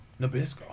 nabisco